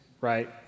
right